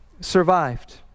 survived